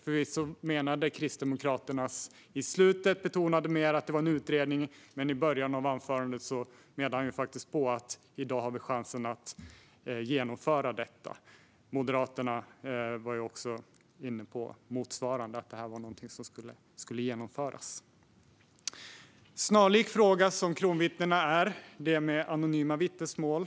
Förvisso betonade Kristdemokraternas representant i slutet av anförandet att det var fråga om en utredning, men i början av anförandet menade han att vi i dag har chansen att genomföra detta. Moderaterna var också inne på att det här är något som ska genomföras. Snarlik fråga som den om kronvittnena är frågan om anonyma vittnesmål.